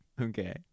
Okay